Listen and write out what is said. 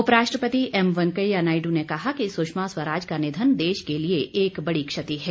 उपराष्ट्रपति एम वेंकैया ने कहा कि सुषमा स्वराज का निधन देश के लिए एक बड़ी क्षति है